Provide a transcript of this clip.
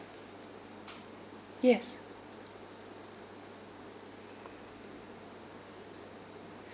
yes